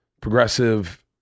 progressive